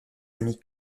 amis